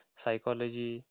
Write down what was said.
psychology